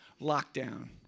Lockdown